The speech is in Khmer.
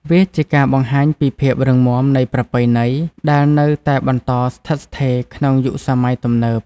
វាជាការបង្ហាញពី ភាពរឹងមាំនៃប្រពៃណី ដែលនៅតែបន្តស្ថិតស្ថេរក្នុងយុគសម័យទំនើប។